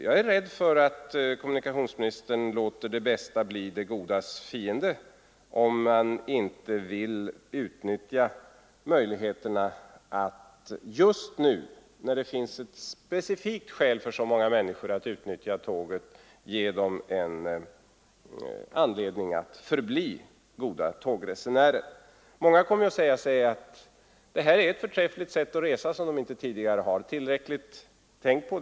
Jag är rädd för att kommunikationsministern låter det bästa bli det godas fiende genom att inte vilja utnyttja möjligheterna att just nu när det finns ett specifikt skäl för så många människor att utnyttja tåget ge dem en anledning att förbli goda tågresenärer. Många kommer att säga sig att det här är ett förträffligt sätt att resa som de inte tidigare har tänkt på.